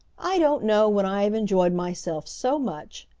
i don't know when i have enjoyed myself so much,